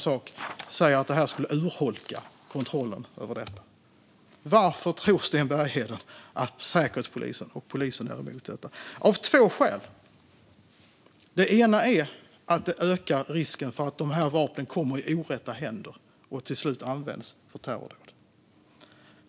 Man säger att detta skulle urholka kontrollen över dessa vapen. Varför, tror Sten Bergheden, är Säkerhetspolisen och polisen emot detta? Det är av två skäl. Det ena är att det ökar risken för att dessa vapen kommer i orätta händer och till slut används för terrordåd.